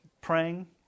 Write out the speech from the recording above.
praying